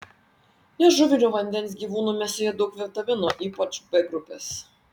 nežuvinių vandens gyvūnų mėsoje daug vitaminų ypač b grupės